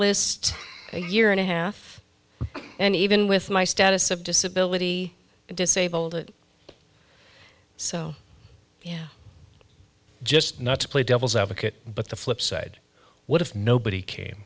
list a year and a half and even with my status of disability disabled it so yeah just not to play devil's advocate but the flip side what if nobody ca